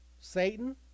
Satan